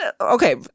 okay